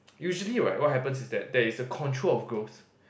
usually right what happens is that there is a control of growth